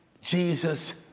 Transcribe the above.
Jesus